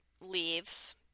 leaves